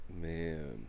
man